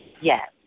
Yes